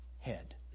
head